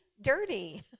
dirty